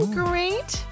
great